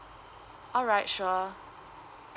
alright sure